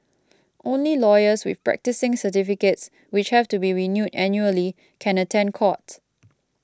only lawyers with practising certificates which have to be renewed annually can attend court